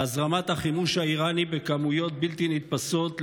להזרמת החימוש האיראני בכמויות בלתי נתפסות,